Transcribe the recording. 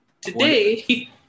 today